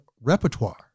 repertoire